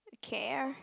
a care